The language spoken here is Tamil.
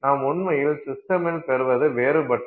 நாம் உண்மையில் சிஸ்டமில் பெறுவது வேறுபட்டது